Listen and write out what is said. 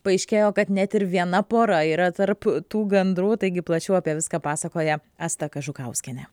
paaiškėjo kad net ir viena pora yra tarp tų gandrų taigi plačiau apie viską pasakoja asta kažukauskienė